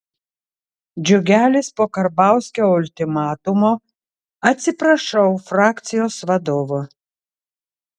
džiugelis po karbauskio ultimatumo atsiprašau frakcijos vadovo